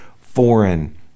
foreign